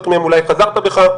חלק מהם אולי חזרת בך,